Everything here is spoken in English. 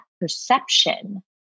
perception